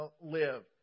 live